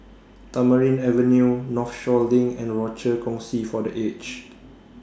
Tamarind Avenue Northshore LINK and Rochor Kongsi For The Aged